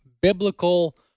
biblical